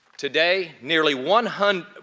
today, nearly one hundred.